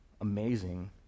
amazing